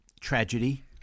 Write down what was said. tragedy